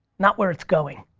not where it's going.